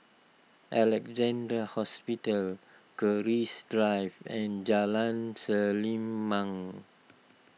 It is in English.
Alexandra Hospital Keris Drive and Jalan Selimang